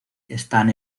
están